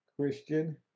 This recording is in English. Christian